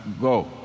go